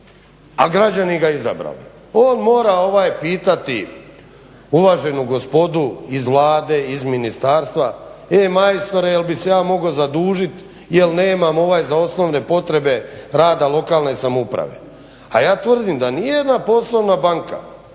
a građani ga izabrali. On mora pitati uvaženu gospodu iz vlade iz ministarstva, ej majstore jal bih se ja mogao zadužiti jel nemam za osnovne potrebe rada lokalne samouprave. A ja tvrdim da nijedna poslovna banka